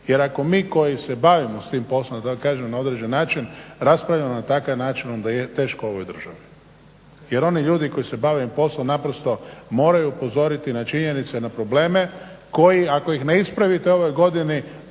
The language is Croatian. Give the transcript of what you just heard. Jer ako mi koji se bavimo s tim poslom da tako kažem na određen način raspravljamo na takav način, onda teško ovoj državi. Jer oni ljudi koji se bave ovim poslom naprosto moraju upozoriti na činjenice, na probleme koji ako ih ne ispravite u ovoj godini